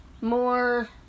more